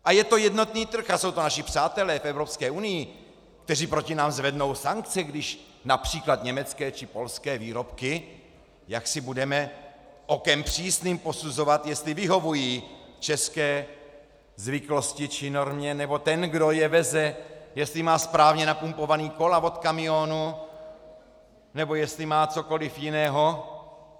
A je to jednotný trh a jsou to naši přátelé v Evropské unii, kteří proti nám zvednou sankce, když například německé či polské výrobky jaksi budeme okem přísným posuzovat, jestli vyhovují české zvyklosti či normě, nebo ten, kdo je veze, jestli má správně napumpovaná kola od kamionů nebo jestli má cokoli jiného.